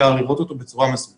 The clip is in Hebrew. אפשר לראות אותו בצורה מסודר.